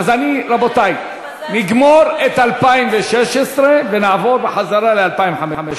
רבותי, נגמור את 2016, ונעבור בחזרה ל-2015.